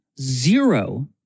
zero